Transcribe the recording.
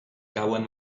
cauen